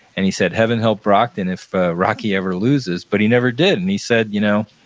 and he said, heaven help brockton if rocky ever loses, but he never did, and he said, you know,